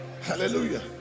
Hallelujah